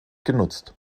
genutzt